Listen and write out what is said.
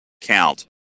count